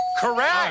Correct